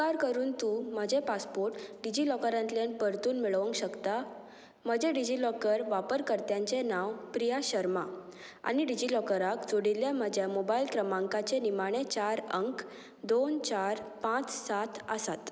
उपकार करून तूं म्हजें पासपोर्ट डिजिलॉकरांतल्यान परतून मेळोंक शकता म्हजें डिजिलॉकर वापरकर्त्यांचें नांव प्रिया शर्मा आनी डिजिलॉकराक जोडिल्ल्या म्हज्या मोबायल क्रमांकाचें निमाणें चार अंक दोन चार पांच सात आसात